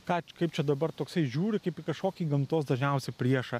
ką kaip čia dabar toksai žiūri kaip į kažkokį gamtos dažniausiai priešą